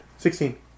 Sixteen